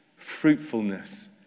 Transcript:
fruitfulness